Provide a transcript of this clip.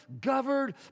governed